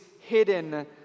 hidden